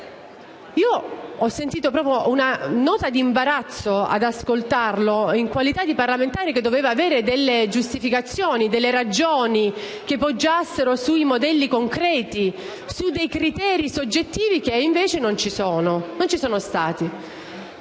Ho sentito proprio una nota di imbarazzo ad ascoltarlo, in qualità di parlamentare che avrebbe dovuto avere delle giustificazioni e delle ragioni, che poggiassero su modelli concreti e criteri oggettivi, che invece non ci sono.